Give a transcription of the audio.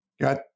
got